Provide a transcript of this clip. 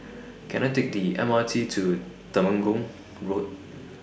Can I Take The M R T to Temenggong Road